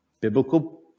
Biblical